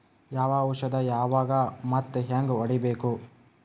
ಯಾವ ಔಷದ ಯಾವಾಗ ಮತ್ ಹ್ಯಾಂಗ್ ಹೊಡಿಬೇಕು?